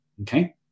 Okay